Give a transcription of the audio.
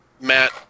Matt